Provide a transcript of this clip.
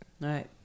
Right